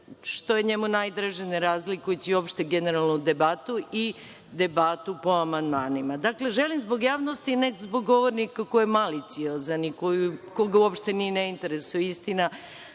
što je njemu najdraže ne razlikujući uopšte generalnu debatu i debatu po amandmanima. Dakle, želim zbog javnosti, ne zbog govornika koji je maliciozan i koga uopšte i ne interesuje istina,